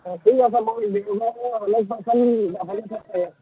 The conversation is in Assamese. অ ঠিক আছে মই